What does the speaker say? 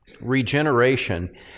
regeneration